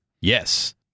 Yes